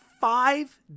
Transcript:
five